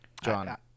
John